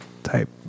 type